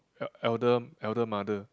el~ elder elder rmother